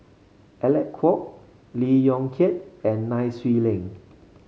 Alec Kuok Lee Yong Kiat and Nai Swee Leng